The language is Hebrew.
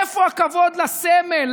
איפה הכבוד לסמל,